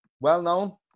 Well-known